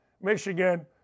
Michigan